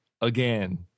again